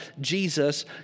Jesus